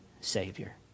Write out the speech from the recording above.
Savior